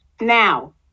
Now